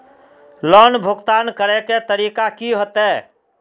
Loan भुगतान करे के तरीका की होते?